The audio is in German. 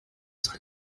soll